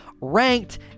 Ranked